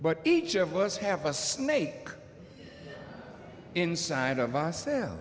but each of us have a snake inside of us selves